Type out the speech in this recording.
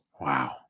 wow